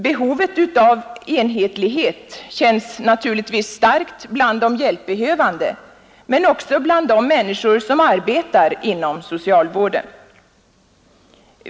Behovet av enhetlighet känns naturligtvis starkt bland de hjälpbehövande men också bland de människor som arbetar inom socialvården.